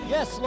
Yes